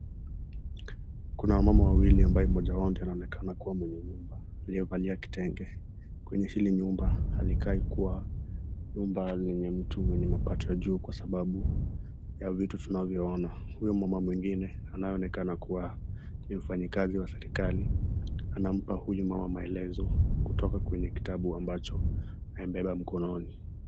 Kuna wamama wawili ambaye mmoja wao anaonekana ndio anaonekana kuwa mwenye nyumba aliye valia kitenge. Kwenye hili nyumba alikali kuwa nyumba lenye mtu mwenye mapato ya juu, kwa sababu ya vitu tunavyo ona. Huyo mama mwingine ambaye anaonekana kuwa ni mfanye kazi wa serikali anampa huyu mama maelezo kutoka kwenye kitabu ambacho amebeba mkononi.